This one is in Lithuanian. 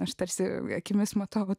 aš tarsi akimis matavo